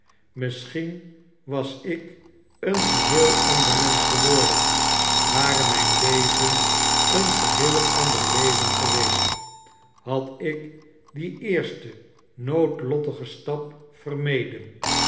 misschien was ik een geheel ander mensch geworden ware mijn leven een geheel ander leven geweest had ik dien eersten noodlottigen stap vermeden